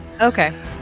Okay